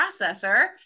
processor